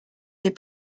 des